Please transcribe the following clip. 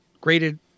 graded